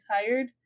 tired